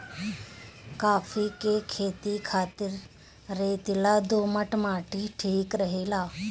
काफी के खेती खातिर रेतीला दोमट माटी ठीक रहेला